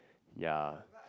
ya